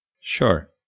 Sure